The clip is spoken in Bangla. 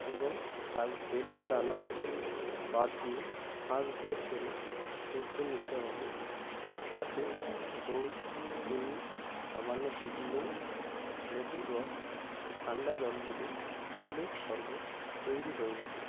এবং তার বেলের দানা বাদ দিয়ে শাঁস বের করে চটকে নিতে হবে তাতে দই চিনি সামান্য বীট নুন লেবুর রস ও ঠান্ডা জল দিলেই বেলের শরবত তৈরি হয়ে যাবে